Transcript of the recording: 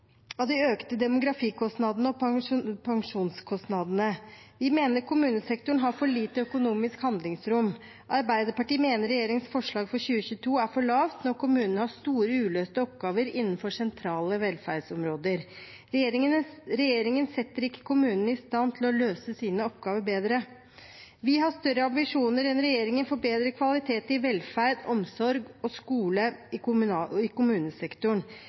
de økte demografikostnadene og pensjonskostnadene. Vi mener kommunesektoren har for lite økonomisk handlingsrom. Arbeiderpartiet mener regjeringens forslag for 2022 er for lavt når kommunene har store uløste oppgaver innenfor sentrale velferdsområder. Regjeringen setter ikke kommunene i stand til å løse sine oppgaver bedre. Vi har større ambisjoner enn regjeringen for bedre kvalitet i velferd, omsorg og skole i kommunesektoren. Vi mener det er påkrevd med en kraftig økning i